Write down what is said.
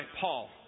Paul